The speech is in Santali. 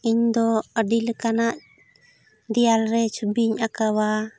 ᱤᱧ ᱫᱚ ᱟᱹᱰᱤ ᱞᱮᱠᱟᱱᱟᱜ ᱫᱮᱣᱟᱞ ᱨᱮ ᱪᱷᱚᱵᱤᱧ ᱟᱸᱠᱟᱣᱟ